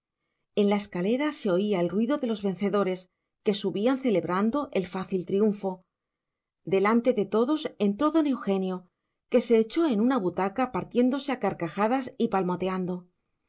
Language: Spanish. en la escalera se oía el ruido de los vencedores que subían celebrando el fácil triunfo delante de todos entró don eugenio que se echó en una butaca partiéndose a carcajadas y palmoteando